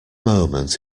moment